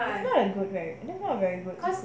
I think very good leh not very good meh